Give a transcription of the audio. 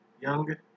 young